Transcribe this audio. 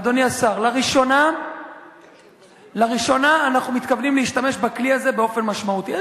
לראשונה אנחנו מתכוונים להשתמש בכלי הזה באופן משמעותי.